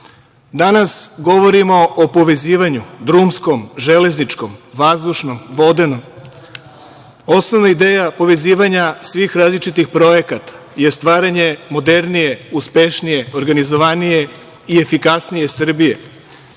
govorimo o povezivanju, drumskom, železničkom, vazdušnom, vodenom. Osnovna ideja povezivanja svih različitih projekata je stvaranje modernije, uspešnije, organizovanije i efikasnije Srbije.